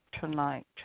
tonight